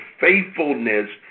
faithfulness